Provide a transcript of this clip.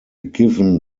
given